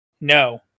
No